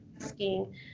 asking